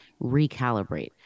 recalibrate